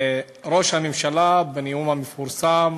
ראש הממשלה, בנאום המפורסם